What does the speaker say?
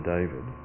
David